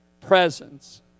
presence